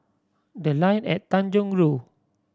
The Line at Tanjong Rhu